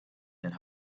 and